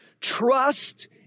Trust